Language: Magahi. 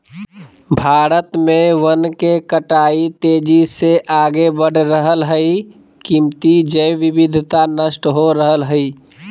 भारत में वन के कटाई तेजी से आगे बढ़ रहल हई, कीमती जैव विविधता नष्ट हो रहल हई